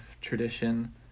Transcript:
tradition